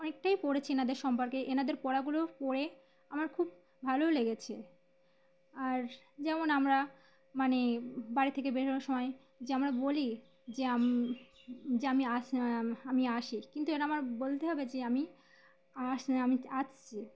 অনেকটাই পড়েছি এনাদের সম্পর্কে এনাদের পড়াগুলো পড়ে আমার খুব ভালোই লেগেছে আর যেমন আমরা মানে বাড়ি থেকে বের হবার সময় যে আমরা বলি যে আম যে আমি আস আমি আসি কিন্তু এরা আমার বলতে হবে যে আমি আস আমি আসছি